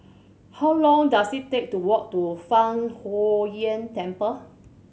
how long dose it take to walk to Fang Huo Yuan Temple